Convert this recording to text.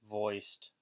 voiced